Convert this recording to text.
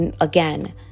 again